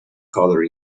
color